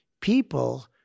people